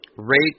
rate